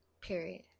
Period